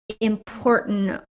important